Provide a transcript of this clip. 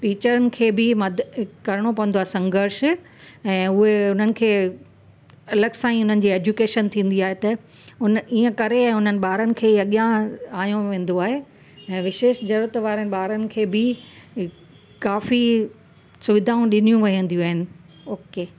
टीचरनि खे बि मद करिणो पवंदो आहे संघर्ष ऐं उहे उन्हनि खे अलॻि सां ई उन्हनि जी एजुकेशन थींदी आहे त पोइ उन करे ईअं उनन ॿारन खे अॻियां आहियो वेंदो आहे ऐं विशेष जरूरत वारनि ॿारनि खे बि काफ़ी सुविधाऊं ॾिनियूं वेंदियूं आहिनि ओके